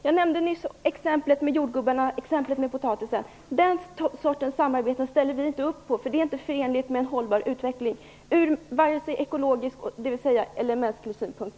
Jag nämnde nyss exemplet med potatisen och med jordgubbsyoghurten - den sortens samarbete ställer vi inte upp på; det är inte förenligt med en hållbar utveckling ur ekologisk, dvs. mänsklig, synpunkt.